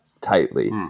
tightly